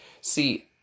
See